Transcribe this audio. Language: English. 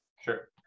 Sure